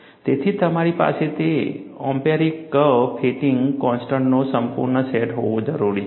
તેથી તમારી પાસે તે એમ્પિરિકલ કર્વ ફિટિંગ કોન્સ્ટન્ટ્સનો સંપૂર્ણ સેટ હોવો જરૂરી છે